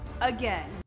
again